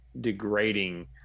degrading